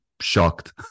shocked